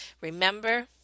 Remember